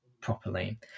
properly